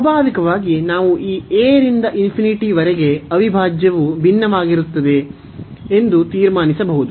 ಸ್ವಾಭಾವಿಕವಾಗಿ ನಾವು ಈ a ರಿಂದ ವರೆಗೆ ಅವಿಭಾಜ್ಯವು ಭಿನ್ನವಾಗಿರುತ್ತದೆ ಎಂದು ತೀರ್ಮಾನಿಸಬಹುದು